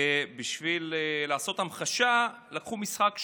ובשביל לעשות המחשה לקחו משחק שחמט.